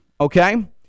okay